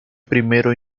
primero